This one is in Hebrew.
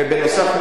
ובנוסף,